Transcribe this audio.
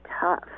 tough